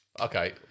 Okay